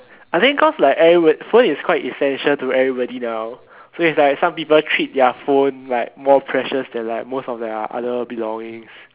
I think because like everybody phone is quite essential to everybody now so is like some people treat their phone like more precious than like most of their other belongings